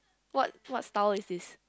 what what style is this